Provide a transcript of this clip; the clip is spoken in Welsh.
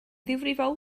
ddifrifol